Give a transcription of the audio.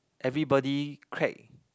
everybody crack